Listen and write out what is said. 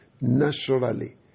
Naturally